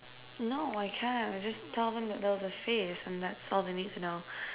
no I can't I just tell them that that was a face and that's all that they need to know